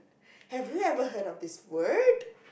have you ever heard of this word